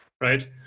right